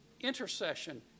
intercession